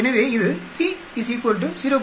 எனவே இது p 0